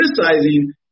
criticizing